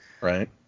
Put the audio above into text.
Right